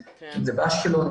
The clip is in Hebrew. אם זה באשקלון,